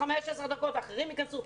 אחרי 15 דקות הורים אחרים ייכנסו.